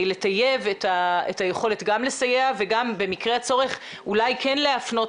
לטייב את היכולת גם לסייע וגם במקרה הצורך אולי כן להפנות,